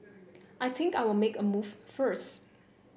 I think I'll make a move first